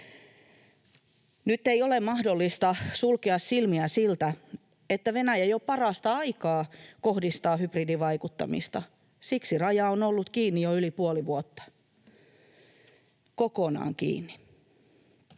Nyt ei ole mahdollista sulkea silmiä siltä, että Venäjä jo parasta aikaa kohdistaa hybridivaikuttamista. Siksi raja on ollut kiinni jo yli puoli vuotta, kokonaan kiinni.